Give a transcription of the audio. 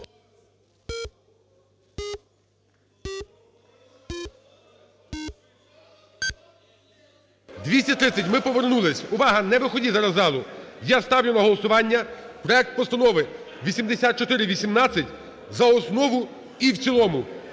За-230 Ми повернулись. Увага! Не виходіть зараз з залу. Я ставлю на голосування проект Постанови 8418 за основу і в цілому.